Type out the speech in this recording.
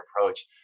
approach